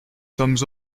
sommes